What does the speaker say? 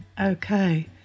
Okay